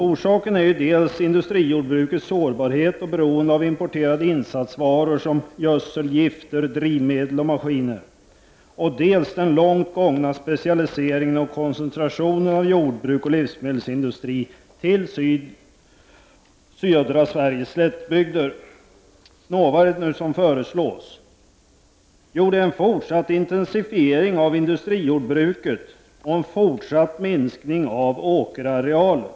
Orsakerna är dels industrijordbrukets sårbarhet och beroende av importerade insatsvaror såsom gödsel, gifter, drivmedel och maskiner, dels den långt gångna specialiseringen och koncentrationen av jordbruk och livsmedelsindustri till södra Sveriges slättbygder. Nå, vad är det nu som föreslås? Jo, det är en fortsatt intensifiering av industrijordbruket och en fortsatt minskning av åkerarealen.